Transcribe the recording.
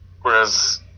whereas